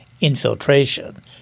infiltration